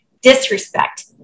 Disrespect